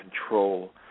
control